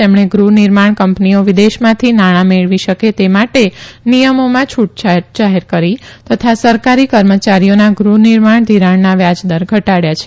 તેમણે ગૃહ નિર્માણ કં નીઓ વિદેશમાંથી નાણાં મેળવી શકે તે માટે નિયમોમાં છુટછાટ જાહેર કરી તથા સરકારી કર્મચારીઓના ગૃહ નિર્માણ ધિરાણના વ્યાજદર ઘટાડથા છે